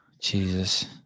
Jesus